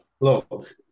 Look